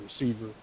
receiver